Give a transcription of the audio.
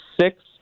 six